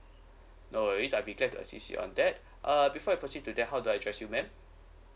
no worries I'll be glad to assist you on that uh before I proceed to that how do I address you ma'am